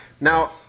Now